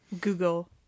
Google